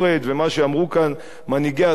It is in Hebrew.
ומה שאמרו כאן מנהיגי השמאל,